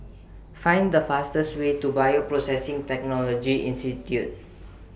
Find The fastest Way to Bioprocessing Technology Institute